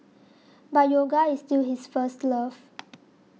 but yoga is still his first love